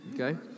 Okay